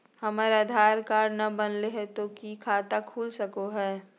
हमर आधार कार्ड न बनलै तो तो की खाता खुल सको है?